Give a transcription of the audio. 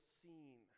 seen